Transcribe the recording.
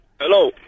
Hello